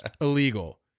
Illegal